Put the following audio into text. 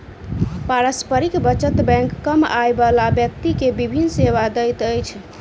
पारस्परिक बचत बैंक कम आय बला व्यक्ति के विभिन सेवा दैत अछि